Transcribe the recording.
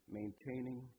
maintaining